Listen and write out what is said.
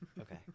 Okay